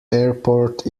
airport